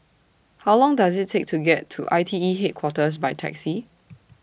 How Long Does IT Take to get to I T E Headquarters By Taxi